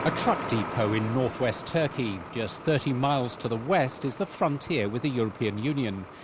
a truck depot in northwest turkey. just thirty miles to the west is the frontier with the european union.